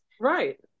right